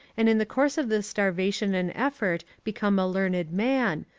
and in the course of this starvation and effort become a learned man,